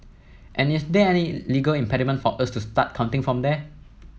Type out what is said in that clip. and is there any legal impediment for us to start counting from there